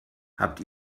habt